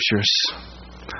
scriptures